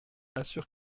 assure